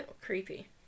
creepy